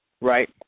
Right